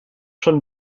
schon